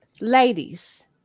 ladies